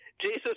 Jesus